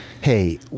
hey